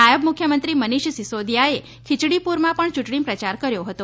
નાયબ મુખ્યમંત્રી મિનિષ સિસોદીયાએ ખિયડીપૂરમાં ચૂંટણી પ્રચાર કર્યો હતો